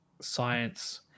science